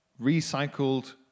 recycled